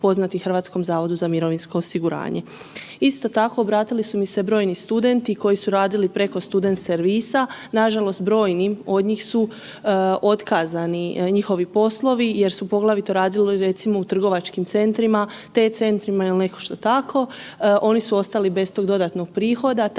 podaci su poznati HZMO-u. Isto tako obratili su mi se brojni studenti koji su radili preko student servisa, nažalost brojnim od njih su otkazani njihovi poslovi jer su poglavito radili recimo u trgovačkim centrima, T-centrima ili nešto tako, oni su ostali bez tog dodatnog prihoda.